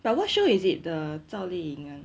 but what show is it the zhao li ying [one]